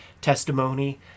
testimony